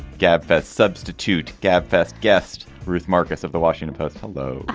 gab fest substitute gab fest guest ruth marcus of the washington post hello.